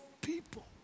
people